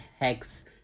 Hex